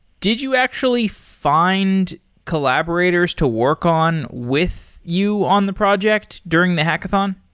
did you actually find collaborators to work on with you on the project during the hackathon?